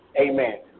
Amen